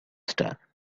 star